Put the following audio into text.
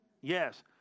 Yes